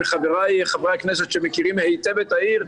מחבריי חברי הכנסת שמכירים היטב את העיר,